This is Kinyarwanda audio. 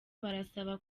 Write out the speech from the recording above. barasaba